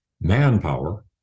manpower